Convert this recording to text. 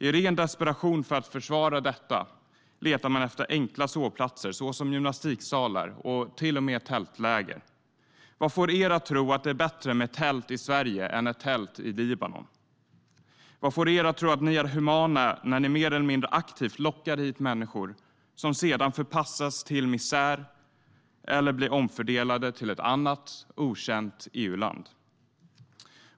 I ren desperation för att försvara detta letar man efter enkla sovplatser såsom gymnastiksalar och till och med tältläger. Vad får er att tro att det är bättre med tält i Sverige än en ett tält i Libanon? Vad får er att tro att ni är humana när ni mer eller mindre aktivt lockar hit människor som sedan förpassas till misär eller blir omfördelade till ett annat okänt EU-land?